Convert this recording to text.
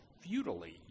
futilely